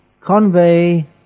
convey